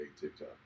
TikTok